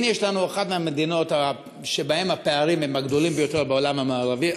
והנה יש לנו אחת המדינות שבהן הפערים הם הגדולים ביותר בעולם המערבי.